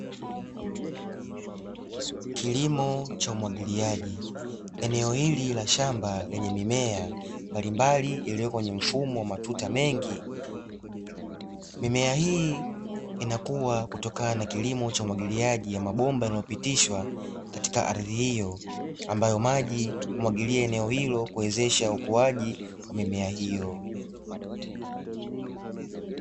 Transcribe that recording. Kilimo cha umwagiliaji, eneo hili la shamba lenye mimea mbalimbali iliyo kwenye mfumo wa matuta mengi, mimea hii inakua kutokana na kilimo cha umwagiliaji ya mabomba yanayopitishwa katika ardhi hiyo ambayo maji humwagilia eneo hilo kuwezesha ukuaji wa mimea hiyo.